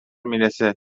میرسه